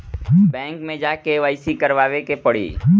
Bank मे जा के के.वाइ.सी करबाबे के पड़ी?